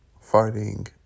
Fighting